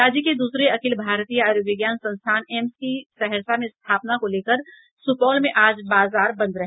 राज्य के दूसरे अखिल भारतीय आयूर्विज्ञान संस्थान एम्स की सहरसा में स्थापना को लेकर सुपौल में आज बाजार बंद रहे